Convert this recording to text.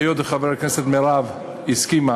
היות שחברת הכנסת מירב הסכימה